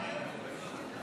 הודעה למזכיר הכנסת.